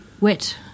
wet